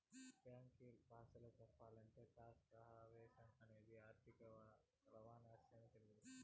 బ్యాంకీల బాసలో సెప్పాలంటే టాక్స్ హావెన్ అనేది ఆర్థిక రహస్యాన్ని తెలియసేత్తది